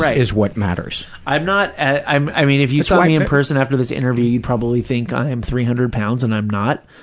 yeah is what matters. i'm not, i mean, if you saw me in person after this interview, you'd probably think i'm three hundred pounds, and i'm not.